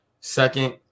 Second